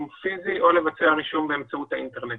פיזי או לבצע רישום באמצעות האינטרנט.